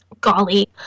golly